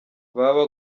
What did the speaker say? baba